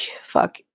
fuck